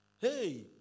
Hey